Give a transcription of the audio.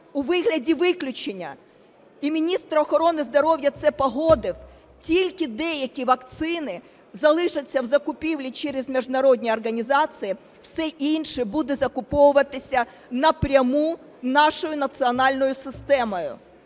у вигляді виключення, і міністр охорони здоров'я це погодив, тільки деякі вакцини залишаться в закупівлі через міжнародні організації, все інше буде закуповуватися напряму нашою національною системою,